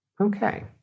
Okay